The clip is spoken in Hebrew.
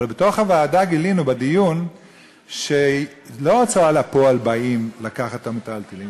אבל בדיון בוועדה גילינו שלא ההוצאה לפועל באים לקחת את המיטלטלין,